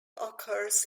occurs